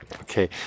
Okay